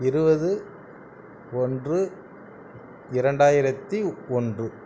இருபது ஒன்று இரண்டாயிரத்தி ஒன்று